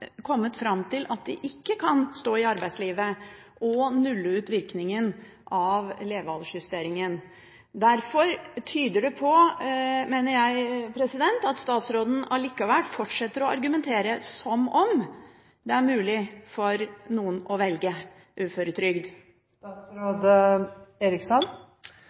kommet fram til at de ikke kan stå i arbeidslivet og nulle ut virkningen av levealdersjusteringen. Derfor tyder det på, mener jeg, at statsråden likevel fortsetter å argumentere som om det er mulig for noen å velge uføretrygd.